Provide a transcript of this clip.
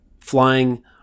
flying